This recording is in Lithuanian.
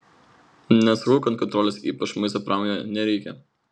nesakau kad kontrolės ypač maisto pramonėje nereikia